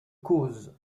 cause